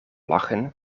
lachen